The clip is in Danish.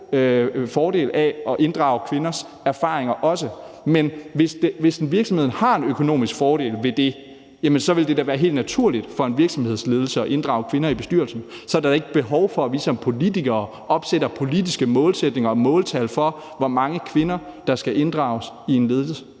fordel i også at inddrage kvinders erfaringer. Men hvis en virksomhed har en økonomisk fordel ved det, vil det da være helt naturligt for en virksomheds ledelse at inddrage kvinder i bestyrelsen – så er der jo ikke behov for, at vi som politikere opsætter målsætninger og måltal for, hvor mange kvinder der skal inddrages i en bestyrelse.